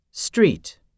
Street